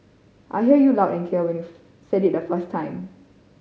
I hear you loud and clear when you said it the first time